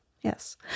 Yes